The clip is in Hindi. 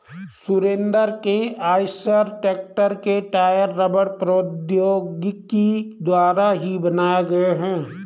सुरेंद्र के आईसर ट्रेक्टर के टायर रबड़ प्रौद्योगिकी द्वारा ही बनाए गए हैं